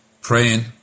praying